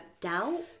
doubt